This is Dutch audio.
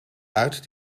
uit